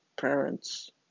parents